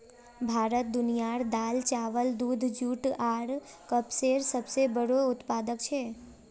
भारत दुनियार दाल, चावल, दूध, जुट आर कपसेर सबसे बोड़ो उत्पादक छे